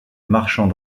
marchand